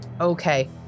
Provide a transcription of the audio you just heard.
Okay